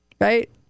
Right